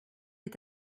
est